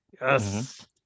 yes